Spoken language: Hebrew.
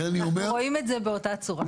אנחנו רואים את זה באותה צורה.